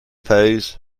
pose